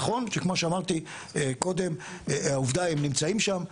נכון שכמו שאמרתי קודם העובדה הם נמצאים שם,